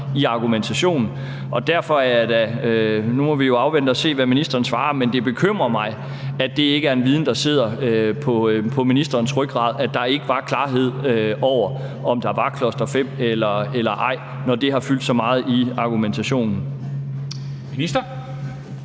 i argumentationen. Nu må vi jo afvente og se, hvad ministeren svarer, men det bekymrer mig, at det ikke er en viden, der sidder på ministerens rygrad, at der ikke var klarhed over, om der var cluster-5 eller ej, når det har fyldt så meget i argumentationen. Kl.